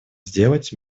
сделать